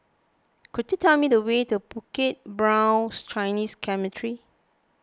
could you tell me the way to Bukit Brown Chinese Cemetery